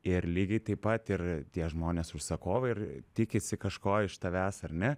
ir lygiai taip pat ir tie žmonės užsakovai ir tikisi kažko iš tavęs ar ne